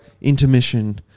Intermission